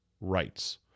rights